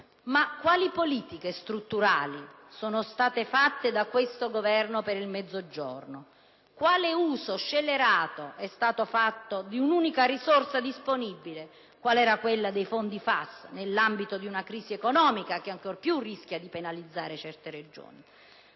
Ma quali politiche strutturali sono state perseguite da questo Governo per il Mezzogiorno? Quale uso scellerato è stato fatto dell'unica risorsa disponibile, qual era quella dei fondi FAS, nell'ambito di una crisi economica che ancor più rischia di penalizzare certe Regioni?